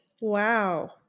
Wow